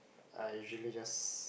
I usually just